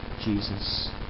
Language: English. Jesus